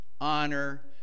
honor